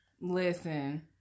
Listen